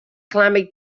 climate